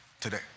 today